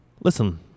Listen